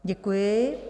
Děkuji.